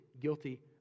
guilty